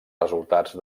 resultats